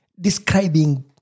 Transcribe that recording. describing